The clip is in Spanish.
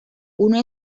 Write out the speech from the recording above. uno